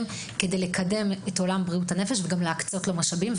כדי לקדם את עולם בריאות הנפש וגם להקצות לו משאבים,